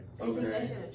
okay